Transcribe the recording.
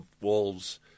wolves